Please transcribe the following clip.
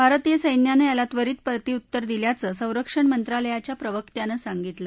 भारतीय सस्यानं त्वरीत प्रतिउत्तर दिल्याचं संरक्षण मंत्राल्याच्या प्रवक्त्यानं सांगितलं